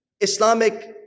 Islamic